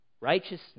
righteousness